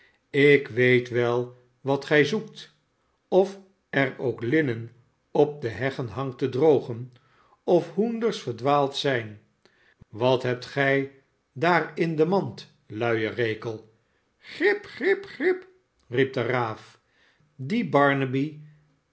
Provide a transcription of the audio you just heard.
ik weet wel wat gij zoekt of er k linnen op de heggen hangt te drogen of hoenders verdwaald zijn wat hebt gij daar in die mand luie rekel grip grip grip riep de